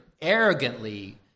arrogantly